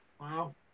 Wow